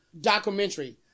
documentary